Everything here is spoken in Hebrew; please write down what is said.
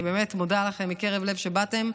אני באמת מודה לכם מקרב לב שבאתם.